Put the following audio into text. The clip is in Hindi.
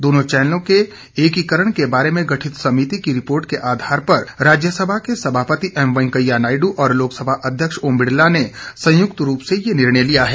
दोनों चैनलों के एकीकरण के बारे में गठित समिति की रिपोर्ट के आधार पर राज्यसभा के सभापति एम वेंकैया नायडू और लोकसभा अध्यक्ष ओम बिड़ला ने संयुक्त रूप से ये निर्णय लिया है